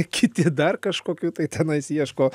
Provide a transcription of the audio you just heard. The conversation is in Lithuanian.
kiti dar kažkokių tai tenais ieško